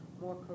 more